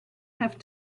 have